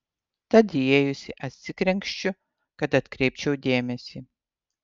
tad įėjusi atsikrenkščiu kad atkreipčiau dėmesį